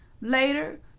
later